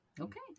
Okay